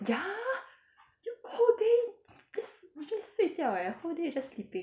ya you whole day just you just 睡觉 leh whole day you just sleeping